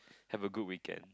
have a good week end